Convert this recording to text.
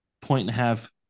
point-and-a-half